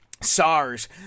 SARS